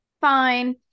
fine